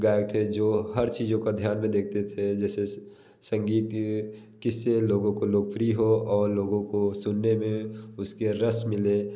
गायक थे जो हर चीज़ों का ध्यान में देखते थे जैसे संगीत के किससे लोगों को लोग फ्री हो और लोगों को सुनने में उसके रस मिले